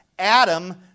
Adam